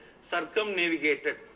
circumnavigated